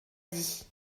dit